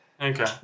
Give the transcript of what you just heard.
Okay